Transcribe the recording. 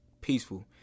peaceful